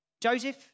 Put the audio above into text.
Joseph